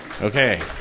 Okay